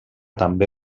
també